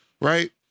Right